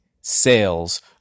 sales